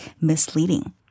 misleading